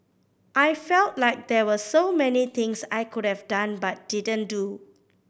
I felt like there were so many things I could have done but didn't do